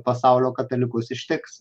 pasaulio katalikus ištiks